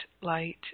light